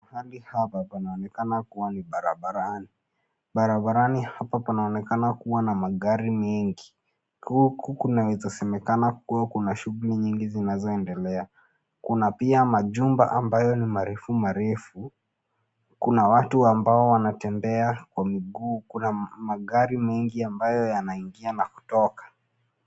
Mahali hapa panaonekana kuwa ni barabarani. Barabarani hapa panaonekana kuwa na magari mengi. Huku kunaweza semekana kuwa kuna shuguli nyingi zinazoendelea. Kuna pia majumba ambayo ni marefu marefu. Kuna watu ambao wanatembea kwa miguu. Kuna magari mengi ambayo yanaingia na kutoka.